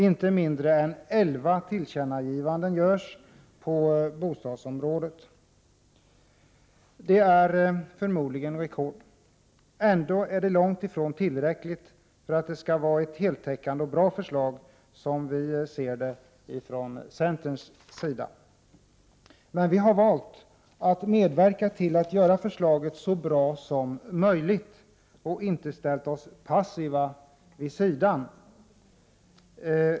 Inte mindre än elva tillkännagivanden görs på bostadsområdet. Det är förmodligen rekord. Ändå är det långt ifrån tillräckligt för att det skall vara ett heltäckande och bra förslag, som centern ser det. Men vi har valt att medverka till att göra förslaget så bra som möjligt och inte ställt oss passiva vid sidan.